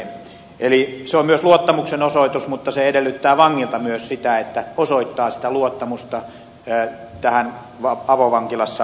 eli se on myös luottamuksenosoitus mutta se edellyttää vangilta myös sitä että ansaitsee sen luottamuksen tähän avovankilassa rangaistuksen suorittamiseen